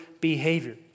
behavior